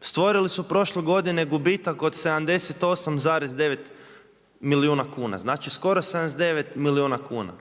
Stvorili su prošle godine gubitak od 78,9 milijuna kuna, znači skoro 79 milijuna kuna.